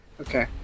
Okay